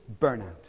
burnout